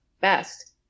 best